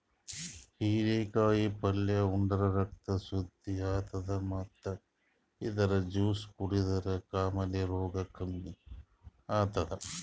ಹಿರೇಕಾಯಿ ಪಲ್ಯ ಉಂಡ್ರ ರಕ್ತ್ ಶುದ್ದ್ ಆತದ್ ಮತ್ತ್ ಇದ್ರ್ ಜ್ಯೂಸ್ ಕುಡದ್ರ್ ಕಾಮಾಲೆ ರೋಗ್ ಕಮ್ಮಿ ಆತದ್